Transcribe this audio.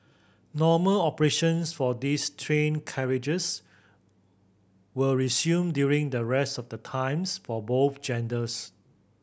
normal operations for these train carriages will resume during the rest of the times for both genders